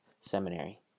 Seminary